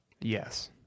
Yes